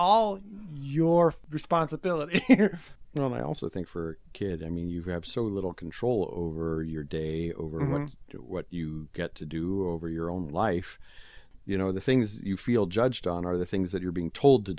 all your responsibility you know and i also think for a kid i mean you have so little control over your day over what you get to do over your own life you know the things you feel judged on are the things that you're being told to